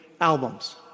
albums